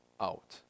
out